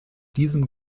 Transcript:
diesem